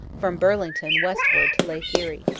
from burlington westward to lake erie.